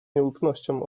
nieufnością